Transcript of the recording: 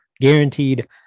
guaranteed